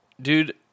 Dude